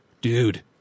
dude